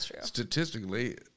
Statistically